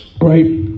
Right